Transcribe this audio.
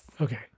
Okay